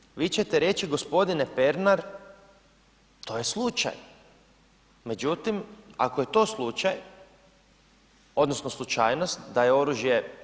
Naravno vi ćete reći gospodine Pernar to je slučajno, međutim, ako je to slučaj, odnosno slučajnost da je oružje.